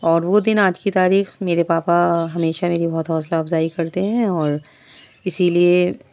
اورر وہ دن آج کی تاریخ میرے پاپا ہمیشہ میری بہت حوصلہ افزائی کرتے ہیں اور اسی لیے